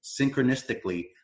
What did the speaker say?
synchronistically